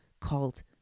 called